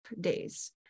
days